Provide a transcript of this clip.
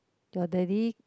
your daddy